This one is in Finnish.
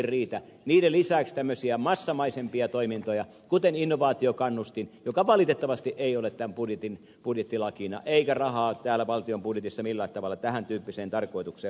niiden lisäksi tarvitsemme tämmöisiä massamaisempia toimintoja kuten innovaatiokannustin joka valitettavasti ei ole tämän budjetin budjettilakina eikä rahaa täällä valtion budjetissa millään tavalla tämän tyyppiseen tarkoitukseen osoiteta